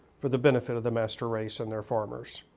for the benefit of the master race and their farmers.